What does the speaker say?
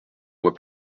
mois